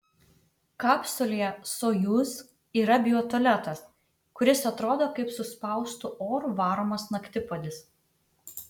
kapsulėje sojuz yra biotualetas kuris atrodo kaip suspaustu oru varomas naktipuodis